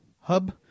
hub